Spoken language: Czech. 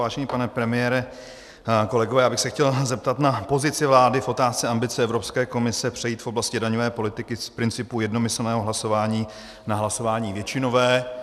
Vážený pane premiére, kolegové, já bych se chtěl zeptat na pozici vlády v otázce ambice Evropské komise přejít v oblasti daňové politiky z principu jednomyslného hlasování na hlasování většinové.